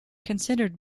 considered